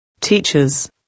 Teachers